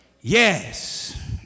Yes